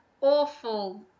awful